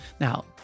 Now